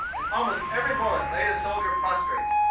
and almost every bullet laid a soldier prostrate.